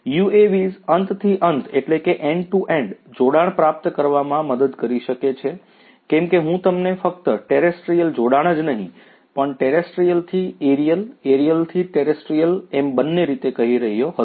UAVs અંત થી અંત જોડાણ પ્રાપ્ત કરવામાં મદદ કરી શકે છે કેમ કે હું તમને ફક્ત ટેરેસ્ટ્રીયલ જોડાણ જ નહીં પણ ટેરેસ્ટ્રીયલ થી એરિઅલ એરિઅલ થી ટેરેસ્ટ્રિયલએમ બન્ને રીતે કહી રહ્યો હતો